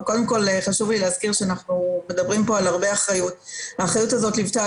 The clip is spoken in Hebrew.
חשוב לי להזכיר אנחנו מדברים פה על הרבה אחריות והאחריות הזו ליוותה